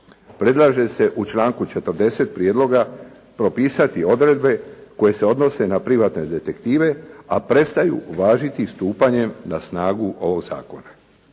Predlaže se u članku 40. prijedloga propisati odredbe koje se odnose na privatne detektive a prestaju važiti stupanjem na snagu ovoga Zakona.